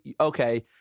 okay